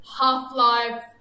Half-Life